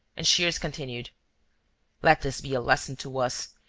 and shears continued let this be a lesson to us!